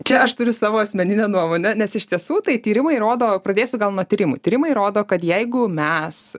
čia aš turiu savo asmeninę nuomonę nes iš tiesų tai tyrimai rodo pradėsiu gal nuo tyrimų tyrimai rodo kad jeigu mes